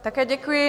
Také děkuji.